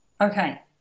Okay